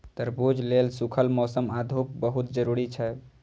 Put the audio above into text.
तरबूज लेल सूखल मौसम आ धूप बहुत जरूरी छै